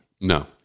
No